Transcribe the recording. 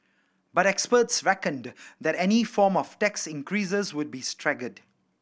but experts reckoned that any form of tax increases would be staggered